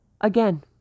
again